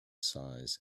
size